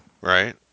Right